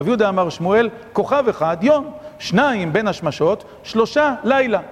ויהודה אמר שמואל, כוכב אחד יום, שניים בין השמשות, שלושה לילה.